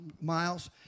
Miles